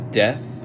death